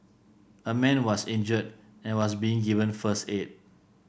a man was injured and was being given first aid